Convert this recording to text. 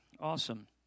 Awesome